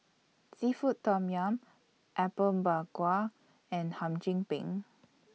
Seafood Tom Yum Apom Berkuah and Hum Chim Peng